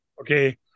Okay